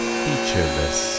featureless